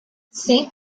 saint